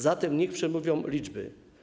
Zatem niech przemówią liczby.